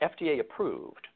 FDA-approved